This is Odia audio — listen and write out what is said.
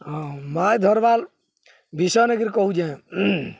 ହଁ ମାଛ୍ ଧର୍ବାର୍ ବିଷୟ ନେଇକରି କହୁଚେଁ